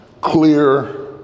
clear